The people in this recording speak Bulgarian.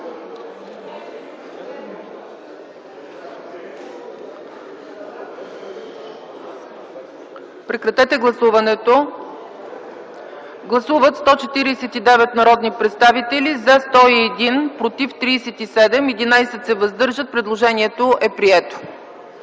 Прекратете гласуването! Гласували 69 народни представители: за 62, против 6, въздържал се 1. Предложението е прието.